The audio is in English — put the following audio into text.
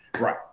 Right